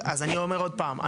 אז אני אומר עוד פעם.